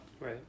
right